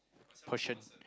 question